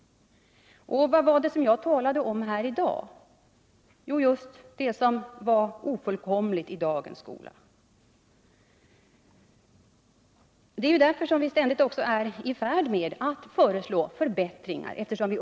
Vad talade jag om här i dag? Jo, just det som är ofullkomligt i dagens skola. Eftersom vi upplever bristerna så starkt, är vi också ständigt i färd med att föreslå förbättringar.